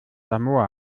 samoa